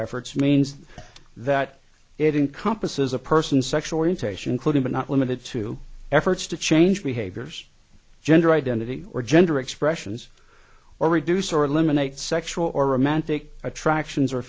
efforts means that it encompasses a person's sexual orientation clued in but not limited to efforts to change behaviors gender identity or gender expressions or reduce or eliminate sexual or romantic attractions or